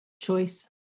choice